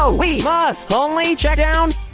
ah we must only checkdown.